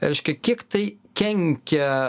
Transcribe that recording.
reiškia kiek tai kenkia